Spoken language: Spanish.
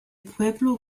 pueblo